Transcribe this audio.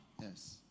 Yes